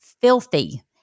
filthy